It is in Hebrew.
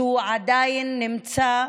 שעדיין נמצא,